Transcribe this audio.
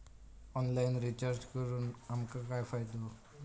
Online recharge करून आमका काय फायदो?